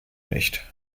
nicht